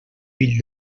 fill